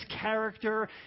character